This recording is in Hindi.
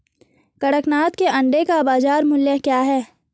कड़कनाथ के अंडे का बाज़ार मूल्य क्या है?